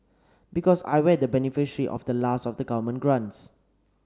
because I the beneficiary of the last of the government grants